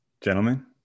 gentlemen